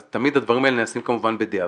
אז תמיד הדברים האלה נעשים כמובן בדיעבד,